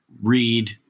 read